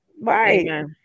Right